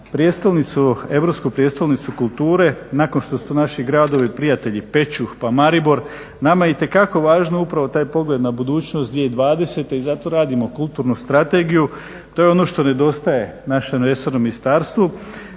prijestolnicu, europsku prijestolnicu kulture nakon što su to naši gradovi prijatelji Pećuh, pa Maribor. Nama je itekako važno upravo taj pogleda na budućnost 2020. i zato radimo kulturnu strategiju. To je ono što nedostaje našem resornom ministarstvu.